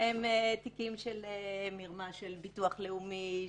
אלה תיקים של מרמה של ביטוח לאומי,